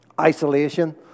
isolation